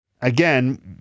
Again